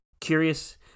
curious